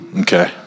Okay